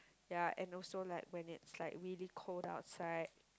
ya and also like when it's like really cold outside